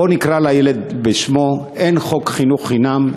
בואו נקרא לילד בשמו: אין חוק חינוך חינם,